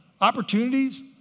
Opportunities